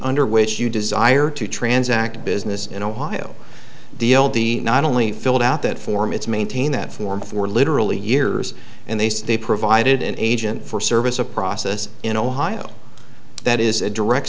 under which you desire to transact business in ohio d l d not only filled out that form it's maintained that form for literally years and they stay provided an agent for service of process in ohio that is a direct